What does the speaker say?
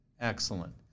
Excellent